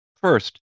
First